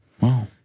Wow